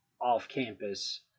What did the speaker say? off-campus